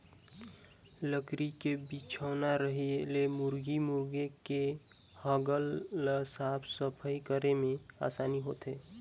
लकरी के बिछौना रहें ले मुरगी मुरगा के हगल ल साफ सफई करे में आसानी होथे